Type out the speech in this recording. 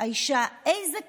האישה: איזה כיף.